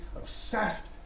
obsessed